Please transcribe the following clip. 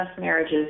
marriages